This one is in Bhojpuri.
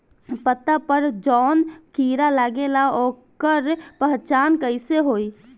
पत्ता पर जौन कीड़ा लागेला ओकर पहचान कैसे होई?